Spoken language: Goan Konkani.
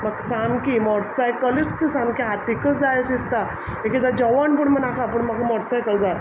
म्हाक सामकी मॉटसायकलूच सामकी हातिकच जाय अशी इसता एक एकदां जेवोण पूण म्हा नाका पूण म्हाका मॉटरसायकल जाय